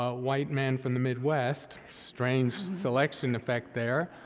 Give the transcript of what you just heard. ah white men from the midwest, strange selection effect there,